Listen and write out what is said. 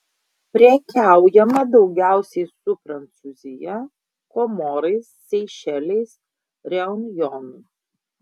prekiaujama daugiausiai su prancūzija komorais seišeliais reunjonu